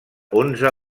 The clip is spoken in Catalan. onze